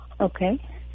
Okay